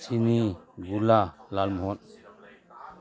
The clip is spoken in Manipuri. ꯆꯤꯅꯤ ꯒꯨꯂꯥ ꯂꯥꯜ ꯃꯣꯍꯣꯟ